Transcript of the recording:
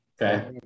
Okay